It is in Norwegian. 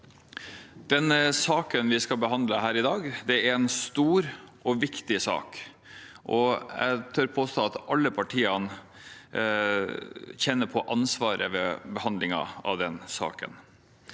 saken vi skal behandle her i dag, er en stor og viktig sak, og jeg tør påstå at alle partiene kjenner på ansvaret ved behandlingen av den. Jeg